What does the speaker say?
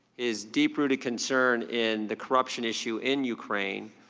his deep-rooted concern in the corruption issue in ukraine,